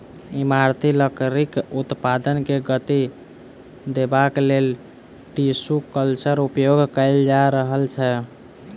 इमारती लकड़ीक उत्पादन के गति देबाक लेल टिसू कल्चरक उपयोग कएल जा रहल छै